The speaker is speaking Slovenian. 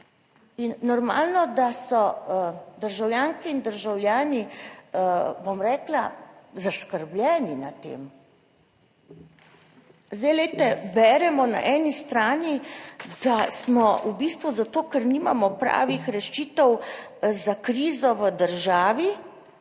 In normalno, da so državljanke in državljani, bom rekla, zaskrbljeni nad tem. Glejte, beremo na eni strani, da smo v bistvu zato, ker nimamo pravih rešitev za krizo v državi,